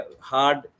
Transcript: hard